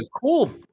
cool